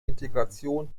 integration